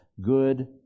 good